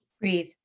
Breathe